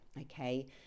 okay